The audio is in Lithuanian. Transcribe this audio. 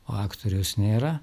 o aktoriaus nėra